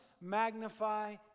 magnify